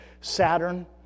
Saturn